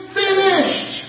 finished